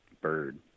bird